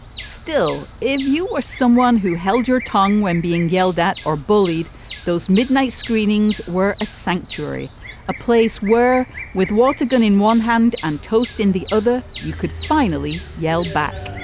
still if you were someone who held your tongue when being yelled at or bullied those midnight screenings were a sanctuary a place where with walter gone in one hand and toast in the other you could finally yell back